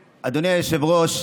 היושב-ראש,